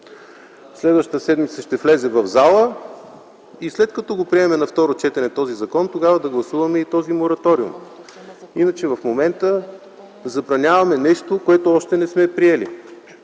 следващата седмица ще влезе в залата и след като приемем този закон на второ четене, тогава ще гласуваме и този мораториум. Иначе в момента забраняваме нещо, което още не сме приели.